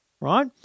right